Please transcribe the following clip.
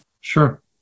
Sure